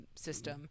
system